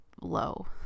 low